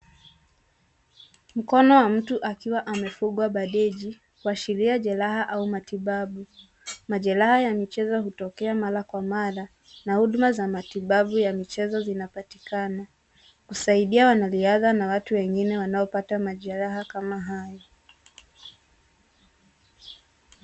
Mkono wa mtu akiwa amefungwa bandeji, kuashiria jeraha au matibabu. Majeraha ya michezo hutokea mara kwa mara, na huduma za matibabu ya michezo zinapatikana, kusaidia wanariadha na watu wengine wanaopata majeraha kama hayo.